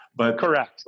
Correct